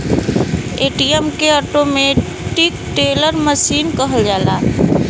ATM के automatic teller machine कहल जाला